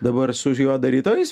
dabar su juo daryt o jis